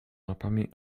łapami